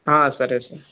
సరే సార్